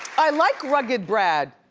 i like rugged brad!